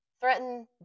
threaten